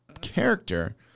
character